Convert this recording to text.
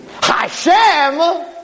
Hashem